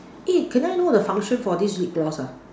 eh can I know the function for this lip gloss ah